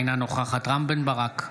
אינה נוכחת רם בן ברק,